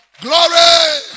glory